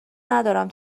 ندارم